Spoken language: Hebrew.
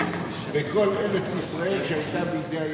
בכל ארץ-ישראל, כשהיתה בידי הירדנים,